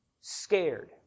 scared